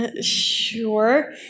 Sure